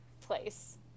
place